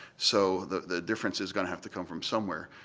so the the difference is going to have to come from somewhere.